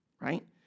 right